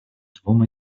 двум